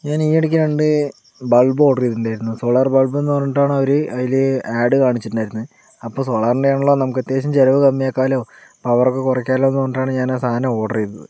ഞാൻ ഈ ഇടയ്ക്ക് രണ്ട് ബൾബ് ഓർഡർ ചെയ്തിട്ടുണ്ടായിരുന്നു സോളാർ ബൾബ് എന്നു പറഞ്ഞിട്ടാണ് അവർ അതില് ഏഡ് കാണിച്ചിട്ടുണ്ടായിരുന്നത് അപ്പോൾ സോളാറിൻ്റെയാണല്ലോ നമുക്കത്യാവശ്യം ചിലവ് കമ്മിയാക്കാമല്ലോ പവറൊക്കെ കുറയ്ക്കാമല്ലോയെന്ന് പറഞ്ഞിട്ടാണ് ഞാൻ ആ സാധനം ഓർഡർ ചെയ്തത്